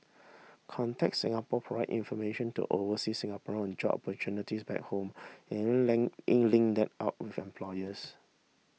contact Singapore provide information to overseas Singaporean on job opportunities back home and link them up with employers